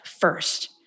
first